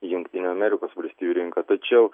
į jungtinių amerikos valstijų rinką tačiau